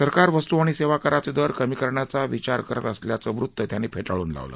सरकार वस्तू आणि सेवा कराचे दर कमी करण्याचा विचार करत असल्याचं वृत्त त्यांनी फेटाळून लावलं